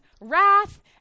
wrath